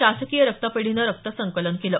शासकीय रक्तपेढीनं रक्तसंकलन केलं